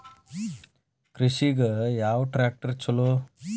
ಕೃಷಿಗ ಯಾವ ಟ್ರ್ಯಾಕ್ಟರ್ ಛಲೋ?